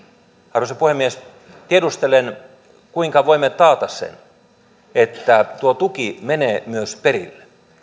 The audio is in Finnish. arvoisa puhemies tiedustelen kuinka voimme taata sen että tuo tuki menee myös perille